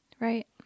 Right